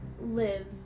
live